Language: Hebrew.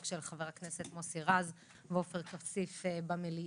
של חבר הכנסת מוסי רז ועופר כסיף במליאה,